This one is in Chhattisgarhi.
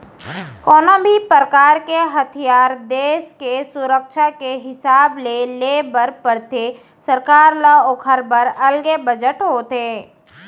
कोनो भी परकार के हथियार देस के सुरक्छा के हिसाब ले ले बर परथे सरकार ल ओखर बर अलगे बजट होथे